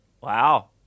Wow